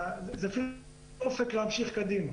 אפילו --- אופק להמשיך קדימה.